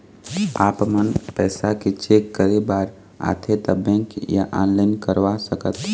आपमन पैसा चेक करे बार आथे ता बैंक या ऑनलाइन करवा सकत?